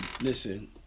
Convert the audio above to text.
listen